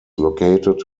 located